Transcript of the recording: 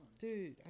Dude